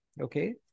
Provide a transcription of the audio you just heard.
okay